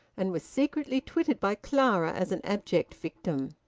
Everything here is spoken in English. and was secretly twitted by clara as an abject victim.